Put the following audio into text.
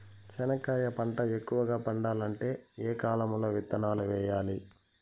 చెనక్కాయ పంట ఎక్కువగా పండాలంటే ఏ కాలము లో విత్తనాలు వేయాలి?